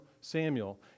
Samuel